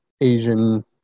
asian